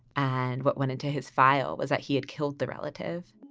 and what went into his file was that he had killed the relative